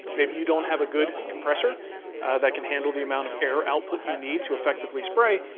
maybe you don't have a good compressor that can handle the amount of air output you need to effectively spray,